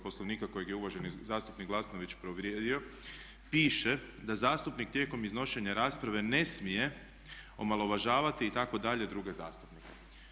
Poslovnika kojeg je uvaženi zastupnik Glasnović povrijedio, piše da zastupnik tijekom iznošenja rasprave ne smije omalovažavati itd. druge zastupnike.